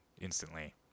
instantly